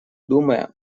думая